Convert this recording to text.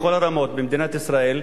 בכל הרמות במדינת ישראל,